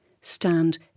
stand